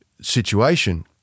situation